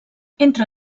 entre